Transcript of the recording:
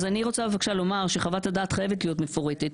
אז אני רוצה בבקשה לומר שחוות הדעת חייבת להיות מפורטת,